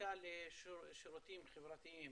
המחלקה לשירותים חברתיים